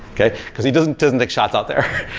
okay, because he doesn't doesn't take shots out there,